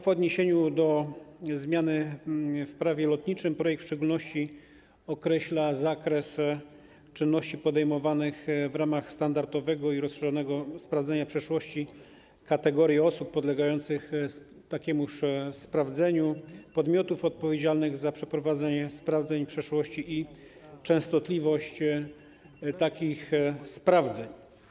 W odniesieniu do zmiany w Prawie lotniczym projekt w szczególności określa zakres czynności podejmowanych w ramach standardowego i rozszerzonego sprawdzenia przeszłości, kategorie osób podlegających takiemu sprawdzeniu, podmiotów odpowiedzialnych za przeprowadzenie sprawdzeń przeszłości i częstotliwość takich sprawdzeń.